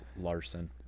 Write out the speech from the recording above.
Larson